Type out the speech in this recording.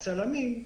לצלמים,